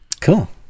Cool